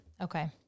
Okay